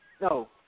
no